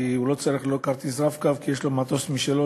כי הוא לא צריך כרטיס "רב-קו" כי יש לו מטוס משלו,